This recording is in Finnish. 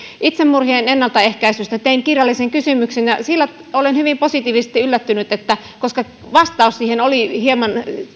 itsemurhien ennaltaehkäisystä tein kirjallisen kysymyksen ja olen hyvin positiivisesti yllättynyt koska kun vastaus siihen oli hieman